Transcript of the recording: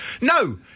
No